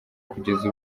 kugeza